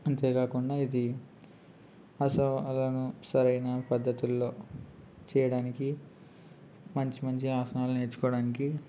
అంతేకాకుండా ఇది ఆ సవాళ్ళను సరైన పద్ధతుల్లో చేయడానికి మంచి మంచి ఆసనాలు నేర్చుకోవడానికి